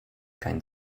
kein